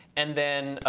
and then